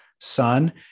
son